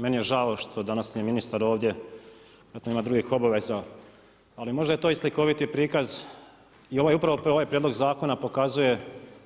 Meni je žao što danas nije ministar ovdje, vjerojatno ima drugih obaveza, ali možda je to i slikoviti prikaz i upravo ovaj prijedlog zakona pokazuje